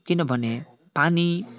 किनभने पानी